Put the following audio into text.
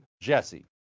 jesse